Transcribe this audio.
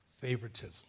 favoritism